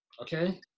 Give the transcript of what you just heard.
okay